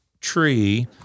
tree